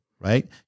right